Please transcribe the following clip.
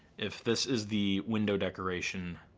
if this is the window decoration,